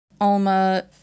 Alma